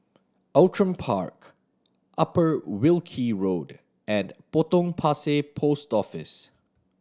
Outram Park Upper Wilkie Road and Potong Pasir Post Office